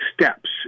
steps